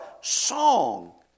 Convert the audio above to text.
song